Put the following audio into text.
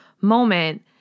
moment